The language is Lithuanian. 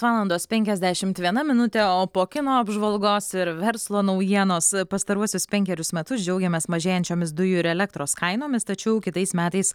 valandos penkiasdešimt viena minutė o po kino apžvalgos ir verslo naujienos pastaruosius penkerius metus džiaugiamės mažėjančiomis dujų ir elektros kainomis tačiau kitais metais